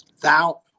thou